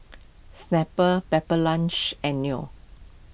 Snapple Pepper Lunch and Leo